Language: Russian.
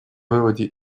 выводе